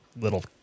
little